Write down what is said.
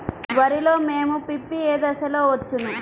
వరిలో మోము పిప్పి ఏ దశలో వచ్చును?